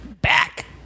back